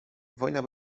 wojna